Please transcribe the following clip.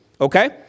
okay